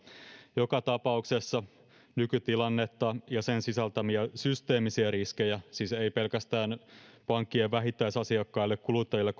joka tapauksessa nykytilannetta ja sen sisältämiä systeemisiä riskejä siis ei pelkästään pankkien vähittäisasiakkaille kuluttajille